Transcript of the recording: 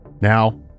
Now